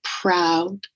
proud